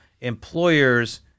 employers